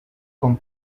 con